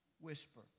whisper